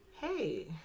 Hey